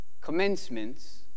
Commencements